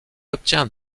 obtient